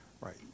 right